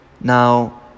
Now